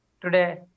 today